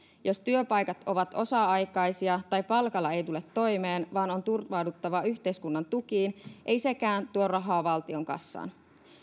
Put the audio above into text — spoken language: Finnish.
jos työpaikat ovat osa aikaisia tai palkalla ei tule toimeen vaan on turvauduttava yhteiskunnan tukiin ei sekään tuo rahaa valtion kassaan